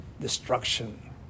Destruction